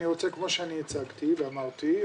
כמו שאני הצגתי ואמרתי,